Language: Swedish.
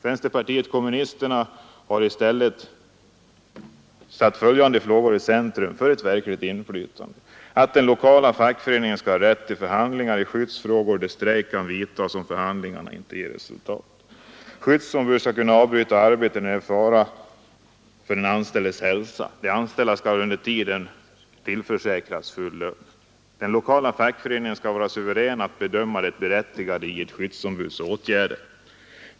Vänsterpartiet kommunisterna har ställt följande frågor i centrum för ett verkligt inflytande: Lokal fackförening skall ha rätt till förhandlingar i skyddsfrågor, där strejk kan tillgripas om förhandlingarna inte ger resultat. Skyddsombud skall kunna avbryta arbetet när det är fara för den anställdes hälsa — denne skall under tiden tillförsäkras full lön. Den lokala fackföreningen skall vara suverän att bedöma det berättigade i ett skyddsombuds åtgärder.